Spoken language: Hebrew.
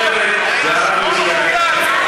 אלקטרונית.